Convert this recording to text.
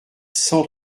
cent